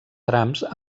trams